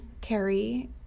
Carrie